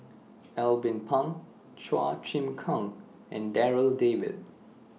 Alvin Pang Chua Chim Kang and Darryl David